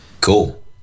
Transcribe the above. cool